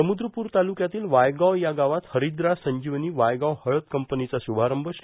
समुद्रपूर तालुक्यातील वायगाव या गावात हरिद्रा संजीवनी वायगाव हळद कंपनीचा शुभारंभ श्री